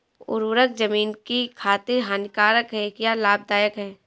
उर्वरक ज़मीन की खातिर हानिकारक है या लाभदायक है?